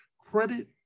credit